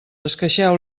esqueixeu